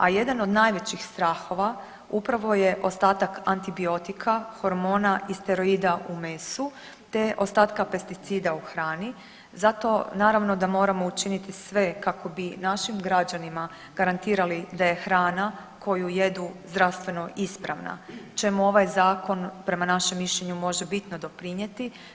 A jedan od najvećih strahova upravo je ostatak antibiotika hormona i steroida u mesu, te ostatka pesticida u hrani, zato naravno da moramo učiniti sve kako bi našim građanima garantirali da je hrana koju jedu zdravstveno ispravna čemu ovaj zakon prema našem mišljenju može bitno doprinijeti.